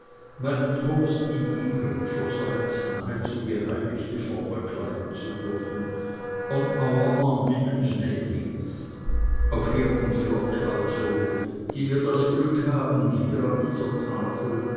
meinen toast in die britischerseits nahezu geheiligte formel kleiden zu dürfen on our army and navy auf heer und flotte also die wir das glück haben hier an dieser tafel